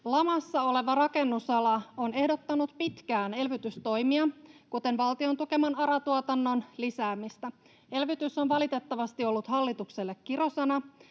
Lamassa oleva rakennusala on ehdottanut pitkään elvytystoimia, kuten valtion tukeman ARA-tuotannon lisäämistä. Elvytys on valitettavasti ollut hallitukselle kirosana.